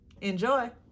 Enjoy